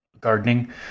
gardening